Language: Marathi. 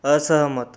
असहमत